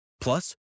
Plus